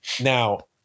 now